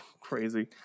crazy